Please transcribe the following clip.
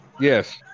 Yes